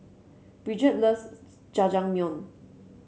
Bridgette loves Jajangmyeon